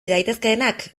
daitezkeenak